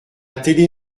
télé